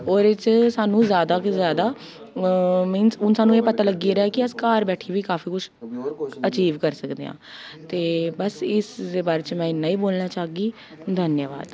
ओह्दे च सानूं जादा गै जादा मीनस हून सानूं एह् पता लग्गी गेदा ऐ कि अस घर बैठियै बी काफी कुछ जादा अचीव करी सकदे आं ते बस इस दे बारे च में इ'न्ना ई बोलना चाह्गी धन्यबाद